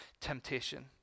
temptation